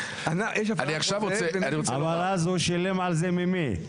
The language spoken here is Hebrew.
אבל אז הוא שילם על זה ממי?